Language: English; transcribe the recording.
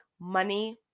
money